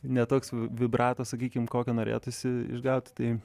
ne toks vibrato sakykim kokio norėtųsi išgauti tai